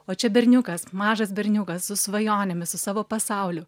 o čia berniukas mažas berniukas su svajonėmis su savo pasauliu